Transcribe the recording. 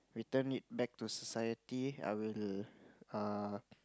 return it back to society I will uh